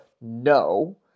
no